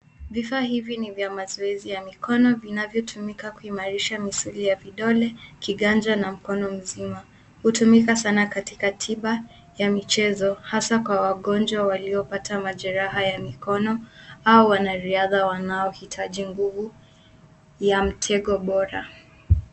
Vifaa hivi ni vya mazoezi ya mikono vinavyotumika kuimarisha misuli ya vidole, kiganja na mkono mzima,. Hutumika sana katika tiba ya michezo hasa kwa wagonjwa waliopata majeraha ya mikono au wanariadha wanaohitaji nguvu ya mtego bora.